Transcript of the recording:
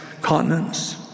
continents